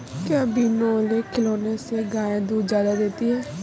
क्या बिनोले खिलाने से गाय दूध ज्यादा देती है?